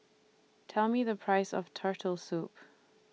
Tell Me The Price of Turtle Soup